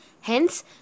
Hence